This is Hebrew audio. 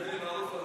בכובד ראש.